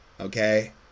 okay